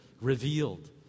revealed